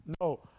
No